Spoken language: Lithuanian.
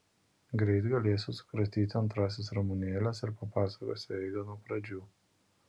greit galėsiu sukratyti antrąsias ramunėles ir papasakosiu eigą nuo pradžių